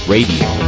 Radio